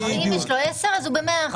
אם יש לו 10 אז הוא במאה אחוז.